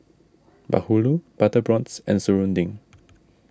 Bahulu Butter Prawns and Serunding